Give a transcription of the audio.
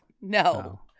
No